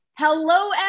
Hello